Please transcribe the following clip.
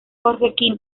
jorge